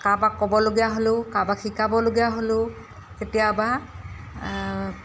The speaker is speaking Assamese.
কাৰোবাক ক'বলগীয়া হ'লেও কাৰোবাক শিকাবলগীয়া হ'লেও কেতিয়াবা